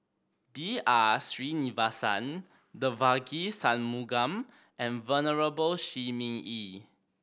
B R Sreenivasan Devagi Sanmugam and Venerable Shi Ming Yi